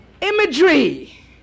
Imagery